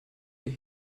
der